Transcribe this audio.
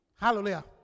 hallelujah